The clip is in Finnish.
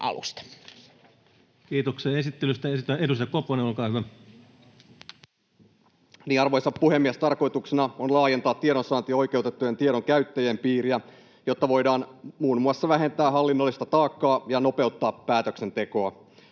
Kiitoksia esittelystä. — Edustaja Koponen, olkaa hyvä. Arvoisa puhemies! Tarkoituksena on laajentaa tiedonsaantiin oikeutettujen tiedon käyttäjien piiriä, jotta voidaan muun muassa vähentää hallinnollista taakkaa ja nopeuttaa päätöksentekoa.